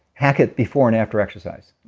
hack it before and after exercise.